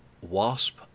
Wasp